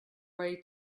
way